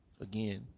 again